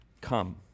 come